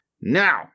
now